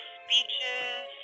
speeches